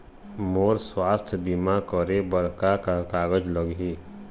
मोर स्वस्थ बीमा करे बर का का कागज लगही?